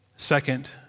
Second